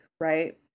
right